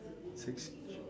six each